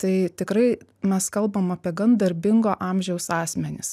tai tikrai mes kalbam apie gan darbingo amžiaus asmenis